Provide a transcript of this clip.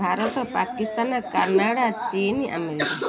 Bharat Pakistan Canada ଚୀନ America